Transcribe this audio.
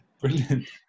Brilliant